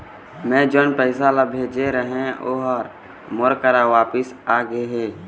मै जोन पैसा ला भेजे रहें, ऊ हर मोर करा वापिस आ गे हे